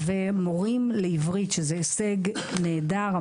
ומורים לעברית שזה הישג נהדר,